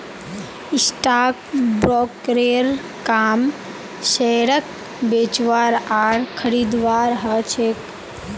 stock ब्रोकरेर काम शेयरक बेचवार आर खरीदवार ह छेक